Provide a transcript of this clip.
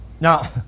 now